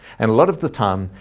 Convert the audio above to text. and a lot of the time,